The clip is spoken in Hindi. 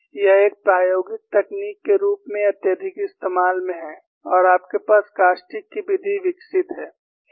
यह एक प्रायोगिक तकनीक के रूप में अत्यधिक इस्तेमाल में है और आपके पास कास्टिक की विधि विकसित है